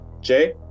Jay